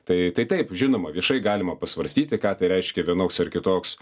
tai taip žinoma viešai galima pasvarstyti ką tai reiškia vienoks ar kitoks